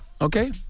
Okay